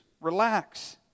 Relax